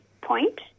point